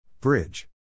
Bridge